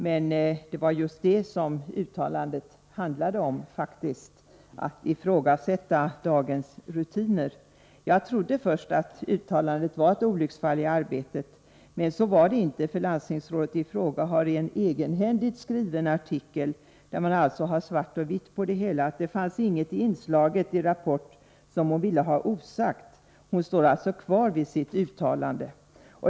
Men det var just det som uttalandet handlade om — att ifrågasätta dagens rutiner. Jag trodde först att uttalandet var ett olycksfall i arbetet, men så var det inte, för landstingsrådet i fråga har i en egenhändigt skriven artikel, där man alltså har svart på vitt på det hela, deklarerat att det inte fanns något inslag som hon ville ha osagt. Hon står alltså fast vid sitt uttalande.